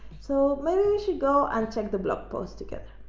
so maybe we should go and check the blog post together.